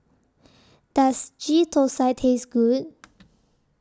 Does Ghee Thosai Taste Good